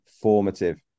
formative